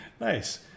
Nice